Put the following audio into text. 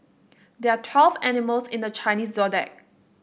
there are twelve animals in the Chinese Zodiac